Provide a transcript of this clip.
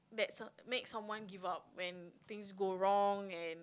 that's all make someone give up when things go wrong and